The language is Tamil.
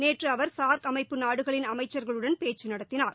நேற்று அவர் சார்க் அமைப்பு நாடுகளின் அமைச்சர்களுடன் பேச்சு நடத்தினார்